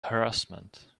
harassment